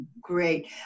Great